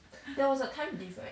there was a time diff right